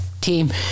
team